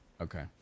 Okay